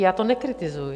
Já to nekritizuji...